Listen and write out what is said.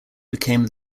became